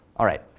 all right.